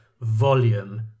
volume